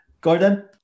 Gordon